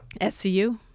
scu